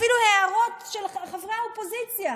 אפילו הערות של חברי האופוזיציה.